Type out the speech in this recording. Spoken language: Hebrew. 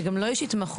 שגם לו יש התמחות,